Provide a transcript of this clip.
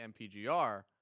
mpgr